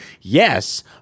Yes